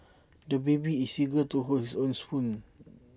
the baby is eager to hold his own spoon